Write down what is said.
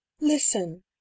listen